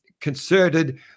concerted